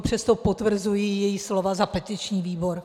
Přesto potvrzuji její slova za petiční výbor.